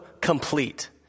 complete